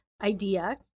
idea